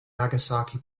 nagasaki